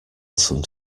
some